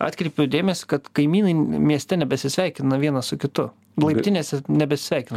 atkreipiau dėmesį kad kaimynai mieste nebesisveikina vienas su kitu laiptinėse nebesveikina